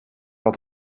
had